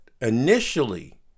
initially